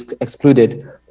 excluded